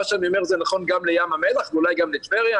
מה שאני אומר זה נכון גם לים המלח ואולי גם לטבריה,